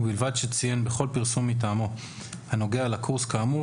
ובלבד שציין בכל פרסום מטעמו הנוגע לקורס כאמור,